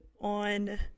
on